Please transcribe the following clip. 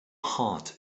heart